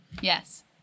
Yes